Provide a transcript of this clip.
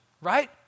right